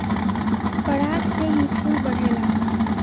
पराग से ही फूल बढ़ेला